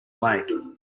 lake